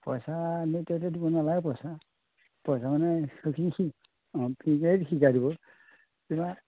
পইচা এনেই এতিয়াতো দিব নালাগে পইচা পইচা মানে সেইখিনি ফ্ৰী অঁ ফ্ৰীকৈয়ে শিকাই দিব কেতিয়াবা